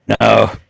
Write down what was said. No